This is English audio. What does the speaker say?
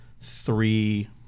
three